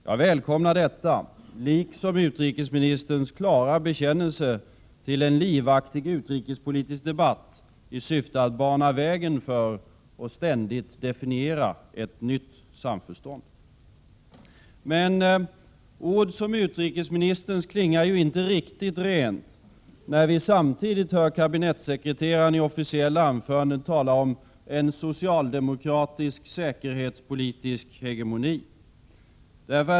Jag välkomnar detta, liksom utrikesministerns klara bekännelse till en livaktig utrikespolitisk debatt i syfte att bana vägen för och ständigt definiera ett nytt samförstånd. Men ord som utrikesministerns klingar inte riktigt rent när vi samtidigt hör kabinettssekreteraren i officiella anföranden tala om ”en socialdemokratisk säkerhetspolitisk hegemoni”.